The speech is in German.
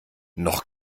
noch